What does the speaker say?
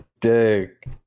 Dick